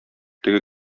теге